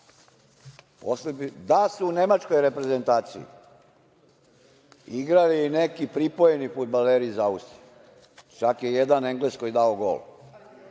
da su u nemačkoj reprezentaciji igrali i neki pripojeni fudbaleri iz Austrije, čak i jedan Englez koji je dao gol.